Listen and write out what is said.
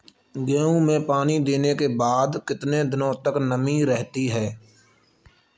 गेहूँ में पानी देने के बाद कितने दिनो तक नमी रहती है?